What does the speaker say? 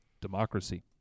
democracy